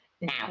Now